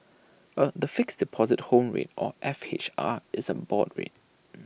er the Fixed Deposit Home Rate or F H R is A board rate